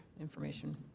information